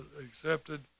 accepted